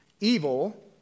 evil